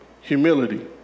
humility